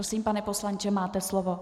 Prosím, pane poslanče, máte slovo.